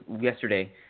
yesterday